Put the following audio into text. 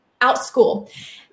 OutSchool